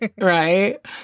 right